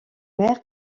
mer